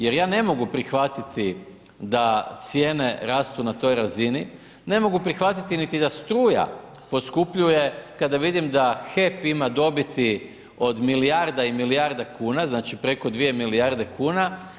Jer ja ne mogu prihvatiti da cijene rastu na toj razini, ne mogu prihvatiti niti da struja poskupljuje kada vidim da HEP ima dobiti od milijarda i milijardu kuna, znači preko dvije milijarde kuna.